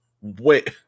Wait